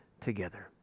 together